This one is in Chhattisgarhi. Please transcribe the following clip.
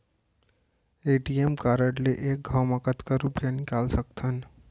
ए.टी.एम कारड ले एक घव म कतका रुपिया निकाल सकथव?